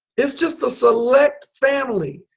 it's just a select family,